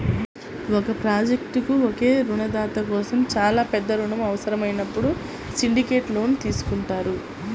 ఒక ప్రాజెక్ట్కు ఒకే రుణదాత కోసం చాలా పెద్ద రుణం అవసరమైనప్పుడు సిండికేట్ లోన్ తీసుకుంటారు